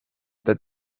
that